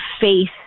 faith